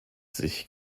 sich